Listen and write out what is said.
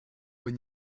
when